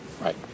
Right